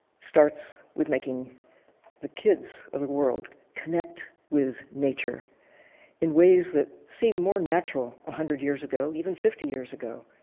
starts with making the kids of the world connect with nature in ways that seem more natural one ah hundred years ago, even fifty years ago.